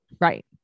Right